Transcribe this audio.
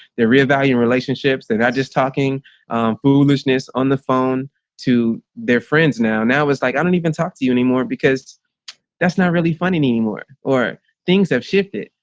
they reevaluate in relationships. they're not just talking foolishness on the phone to their friends now. now it's like i don't even talk to you anymore because that's not really fun anymore. or things have shifted.